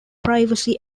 privacy